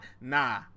Nah